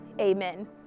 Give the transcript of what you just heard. amen